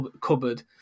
cupboard